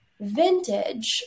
vintage